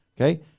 okay